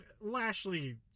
Lashley